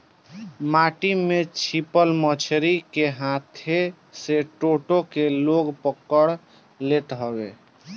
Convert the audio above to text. माटी में छिपल मछरी के हाथे से टो टो के लोग पकड़ लेत हवे